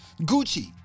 gucci